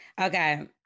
Okay